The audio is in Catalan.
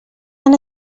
han